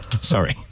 Sorry